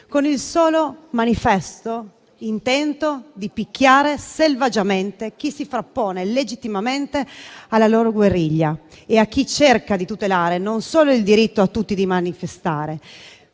con il solo manifesto intento di picchiare selvaggiamente chi si frappone legittimamente alla loro guerriglia e a chi cerca di tutelare non solo il diritto di tutti a manifestare